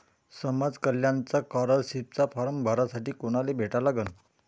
समाज कल्याणचा scholarship form भरासाठी कुनाले भेटा लागन?